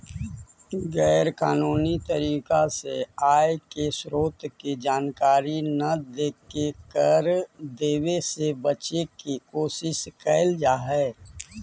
गैर कानूनी तरीका से आय के स्रोत के जानकारी न देके कर देवे से बचे के कोशिश कैल जा हई